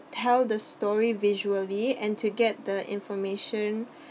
tell the story visually and to get the information